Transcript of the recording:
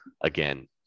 again